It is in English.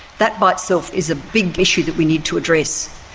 that by itself is a big issue that we need to address.